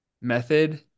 method